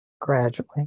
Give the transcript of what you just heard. Gradually